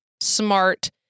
smart